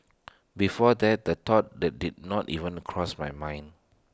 before that the thought the did not even cross my mind